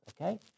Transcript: okay